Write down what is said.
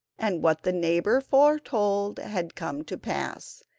and what the neighbour foretold had come to pass,